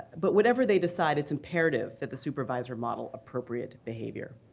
but whatever they decide, it's imperative that the supervisor model appropriate behavior.